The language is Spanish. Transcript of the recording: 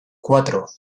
cuatro